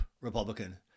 Republican